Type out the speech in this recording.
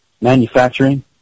manufacturing